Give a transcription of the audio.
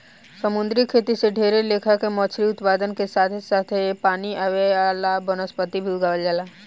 समुंद्री खेती से ढेरे लेखा के मछली उत्पादन के साथे साथे पानी वाला वनस्पति के भी उगावल जाला